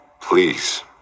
Please